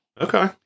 Okay